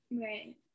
right